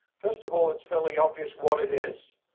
first of all, it's fairly obvious what it is,